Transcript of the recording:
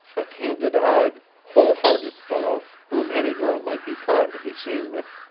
a candid-eyed, whole-hearted fellow whom any girl might be proud to be seen with,